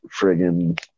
friggin